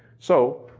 so,